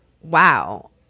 wow